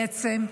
בעצם,